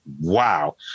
wow